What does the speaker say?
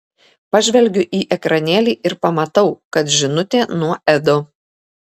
pažvelgiu į ekranėlį ir pamatau kad žinutė nuo edo